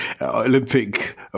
Olympic